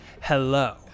Hello